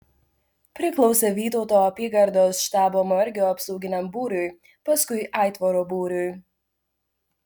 priklausė vytauto apygardos štabo margio apsauginiam būriui paskui aitvaro būriui